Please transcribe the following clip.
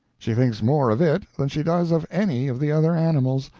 she thinks more of it than she does of any of the other animals,